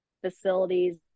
facilities